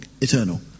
eternal